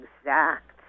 exact